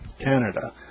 Canada